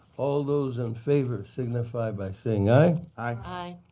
all those in favor, signify by saying aye. aye.